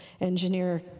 engineer